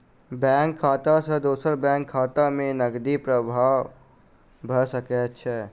bank खाता सॅ दोसर बैंक खाता में नकदी प्रवाह भ सकै छै